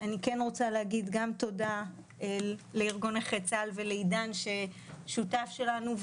אני רוצה להגיד תודה לארגון נכי צה"ל ולעידן קלימן שהוא שותף שלנו,